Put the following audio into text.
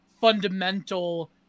fundamental